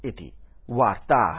इति वार्ताः